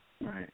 right